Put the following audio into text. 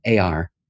AR